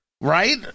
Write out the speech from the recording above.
Right